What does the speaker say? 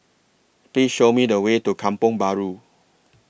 Please Show Me The Way to Kampong Bahru